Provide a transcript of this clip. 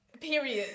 Period